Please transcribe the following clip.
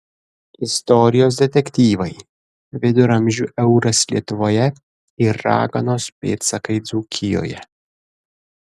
istorijos detektyvai viduramžių euras lietuvoje ir raganos pėdsakai dzūkijoje